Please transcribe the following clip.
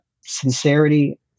sincerity